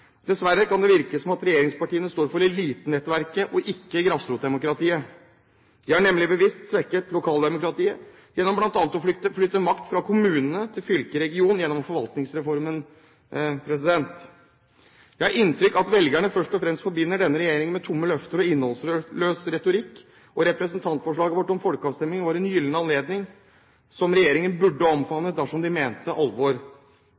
Dessverre kan det virke som at regjeringspartiene står for elitenettverk og ikke grasrotdemokrati. De har nemlig bevisst svekket lokaldemokratiet gjennom bl.a. å flytte makt fra kommunene til fylke/region gjennom forvaltningsreformen. Jeg har inntrykk av at velgerne først og fremst forbinder denne regjeringen med tomme løfter og innholdsløs retorikk, og representantforslaget vårt om folkeavstemninger var en gyllen anledning som regjeringen burde ha omfavnet dersom den mente alvor.